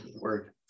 Word